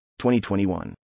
2021